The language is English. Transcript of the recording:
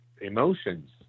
emotions